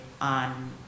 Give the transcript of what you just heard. on